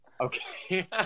Okay